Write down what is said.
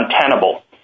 untenable